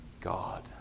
God